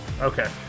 Okay